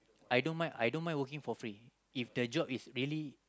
I don't mind I don't mind working for free if the job is really